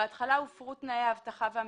בהתחלה הופרו תנאי האבטחה והמיגון,